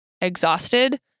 exhausted